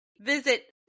visit